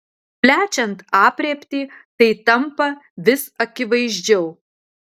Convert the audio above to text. plečiant aprėptį tai tampa vis akivaizdžiau